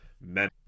Men